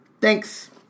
Thanks